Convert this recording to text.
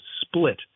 split